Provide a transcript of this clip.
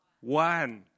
one